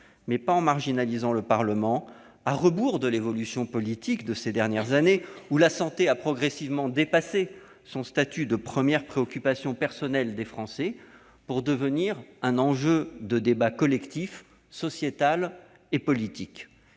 ne pas marginaliser le Parlement, ce qui irait à rebours de l'évolution politique des dernières années, la santé ayant progressivement dépassé son statut de première préoccupation personnelle des Français pour devenir un sujet de débat collectif, sociétal et politique.